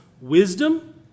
wisdom